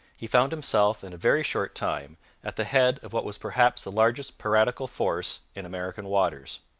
he found himself in a very short time at the head of what was perhaps the largest piratical force in american waters.